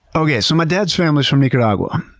okay, so my dad's family is from nicaragua.